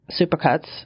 supercuts